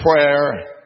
prayer